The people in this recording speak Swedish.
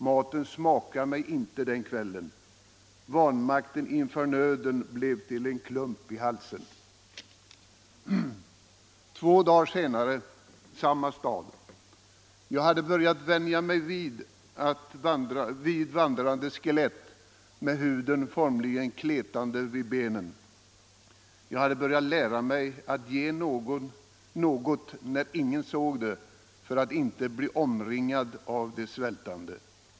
Maten smakade mig inte den kvällen. Vanmakten inför nöden blev till en klump i halsen. Två dagar senare, samma stad. Jag hade börjat vänja mig vid vandrande skelett med huden formligen kletande vid benen. Jag hade börjat lära mig att ge något när ingen såg det, för att inte bli omringad av svältande.